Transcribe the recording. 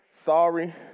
sorry